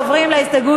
של